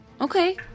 okay